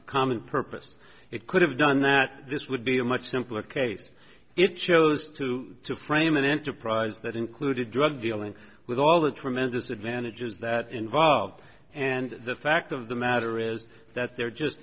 a common purpose it could have done that this would be a much simpler case it chose to frame an enterprise that included drug dealing with all the tremendous advantages that involved and the fact of the matter is that there just